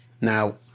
Now